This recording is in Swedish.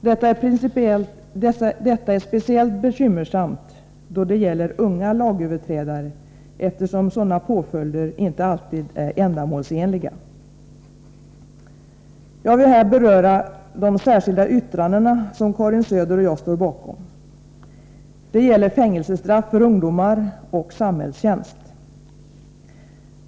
Detta är speciellt bekymmersamt då det gäller unga lagöverträdare, eftersom sådana påföljder inte alltid är ändamålsenliga. Jag vill här beröra de särskilda yttranden som Karin Söder och jag står bakom. Det gäller fängelsestraff för ungdomar och samhällstjänst.